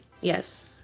Yes